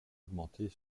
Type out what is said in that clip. augmenter